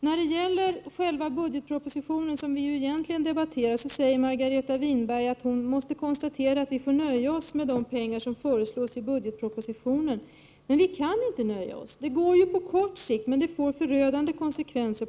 När det gäller själva budgetpropositionen, och det är ju den som vi egentligen skall debattera, säger Margareta Winberg att hon måste konstatera att vi får nöja oss med de pengar som föreslås i budgetpropositionen. Men det kan vi inte göra. På kort sikt är det kanske O.K. Men på lång sikt får det förödande konsekvenser.